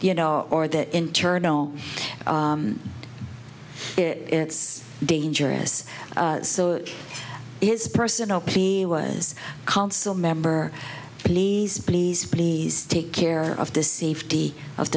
you know or the internal it it's dangerous so his personal plea was council member please please please take care of the safety of